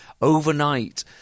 overnight